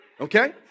Okay